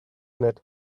net